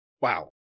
wow